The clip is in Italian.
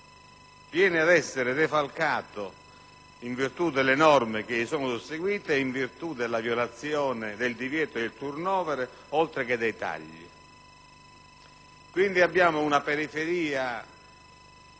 viene ad essere defalcato, in virtù delle norme che si sono susseguite, in virtù del divieto di *turnover*, oltre che dei tagli. Quindi, abbiamo una periferia